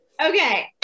Okay